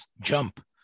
jump